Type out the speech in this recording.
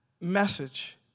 message